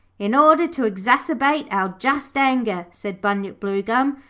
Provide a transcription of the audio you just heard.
in order to exacerbate our just anger said bunyip bluegum,